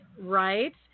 right